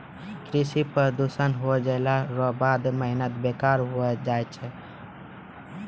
कृषि प्रदूषण हो जैला रो बाद मेहनत बेकार होय जाय छै